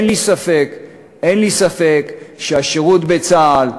ואין לי ספק שהשירות בצה"ל,